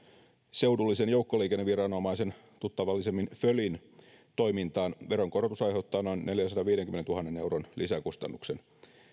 seudullisen joukkoliikenneviranomaisen tuttavallisemmin fölin toimintaan veronkorotus aiheuttaa noin neljänsadanviidenkymmenentuhannen euron lisäkustannuksen